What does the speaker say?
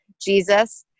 Jesus